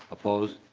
opposed?